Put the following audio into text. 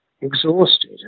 exhausted